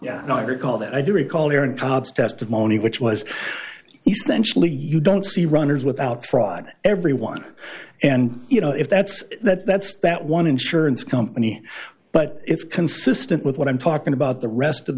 yeah i recall that i do recall hearing cobbs testimony which was essentially you don't see runners without fraud everyone and you know if that's that that's that one insurance company but it's consistent with what i'm talking about the rest of